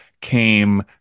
came